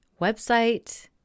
website